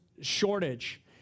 shortage